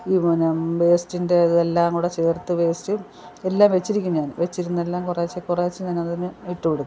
ഈ വെനാ വേസ്റ്റിൻ്റെ അതെല്ലാം കൂടെ ചേർത്തു വേസ്റ്റും എല്ലാം വെച്ചിരിക്കുന്നെയാണ് വെച്ചിരുന്നെല്ലാം കുറേശ്ശെ കുറേശ്ശെ ഞാനതിന് ഇട്ട് കൊടുക്കും